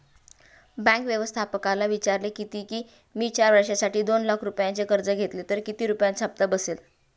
bank व्यवस्थापकाला विचारले किती की, मी चार वर्षांसाठी दोन लाख रुपयांचे कर्ज घेतले तर किती रुपयांचा हप्ता बसेल